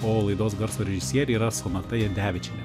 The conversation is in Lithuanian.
o laidos garso režisierė yra sonata jadevičienė